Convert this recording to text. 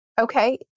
okay